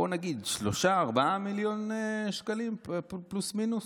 בואו נגיד, 4-3 מיליון שקלים, פלוס-מינוס?